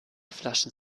flaschen